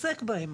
עוסק בהם.